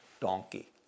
donkey